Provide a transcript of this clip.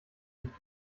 mit